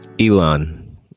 Elon